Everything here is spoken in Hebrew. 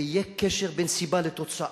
ויהיה קשר בין סיבה לתוצאה,